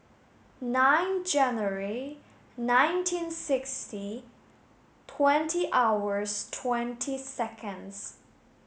nine January nineteen sixty twenty hours twenty seconds